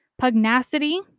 pugnacity